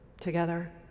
together